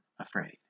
afraid